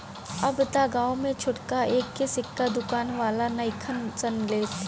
अब त गांवे में छोटका एक के सिक्का दुकान वाला नइखन सन लेत